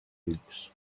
books